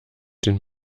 den